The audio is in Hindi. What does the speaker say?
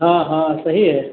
हाँ हाँ सही है